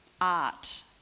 art